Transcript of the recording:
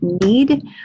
need